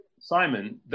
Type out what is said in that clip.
Simon